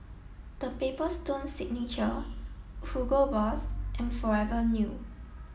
the Paper Stone Signature Hugo Boss and Forever New